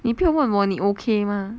你不要问我你 okay mah